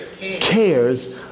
cares